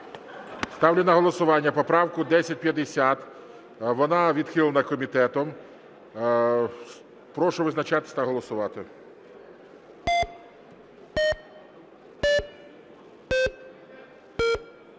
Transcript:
Ставлю на голосування поправку 1050. Вона відхилена комітетом. Прошу визначатись та голосувати.